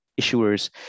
issuers